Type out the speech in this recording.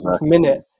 minute